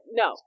no